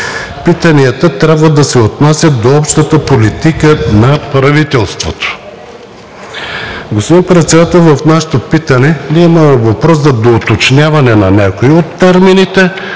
питанията трябва да се отнасят до общата политика на правителството. Господин Председател, в нашето питане ние имаме въпрос за доуточняване на някои от термините